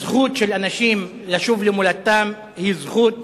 הזכות של אנשים לשוב למולדתם היא גם זכות